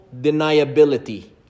deniability